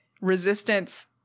resistance